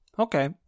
Okay